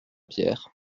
pierre